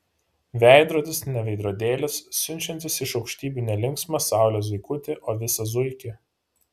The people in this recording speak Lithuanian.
veidrodis ne veidrodėlis siunčiantis iš aukštybių ne linksmą saulės zuikutį o visą zuikį